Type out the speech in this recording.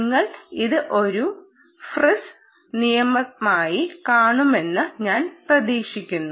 നിങ്ങൾ ഇത് ഒരു റഫർ സമയം 1207 ഫ്രിസ് നിയമമായി കാണുമെന്ന് ഞാൻ പ്രതീക്ഷിക്കുന്നു